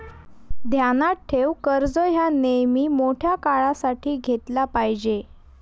ध्यानात ठेव, कर्ज ह्या नेयमी मोठ्या काळासाठी घेतला पायजे